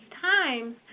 times